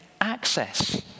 access